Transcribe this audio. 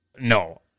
no